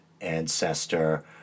ancestor